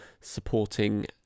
supporting